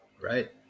Right